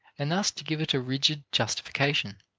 and thus to give it a rigid justification.